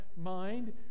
mind